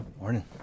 Morning